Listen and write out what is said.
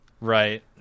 Right